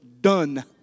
done